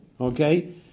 Okay